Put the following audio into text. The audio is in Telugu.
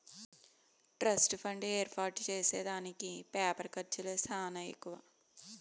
ట్రస్ట్ ఫండ్ ఏర్పాటు చేసే దానికి పేపరు ఖర్చులే సానా ఎక్కువ